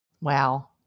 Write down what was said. Wow